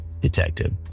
detective